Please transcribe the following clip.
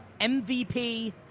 MVP